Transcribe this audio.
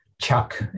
Chuck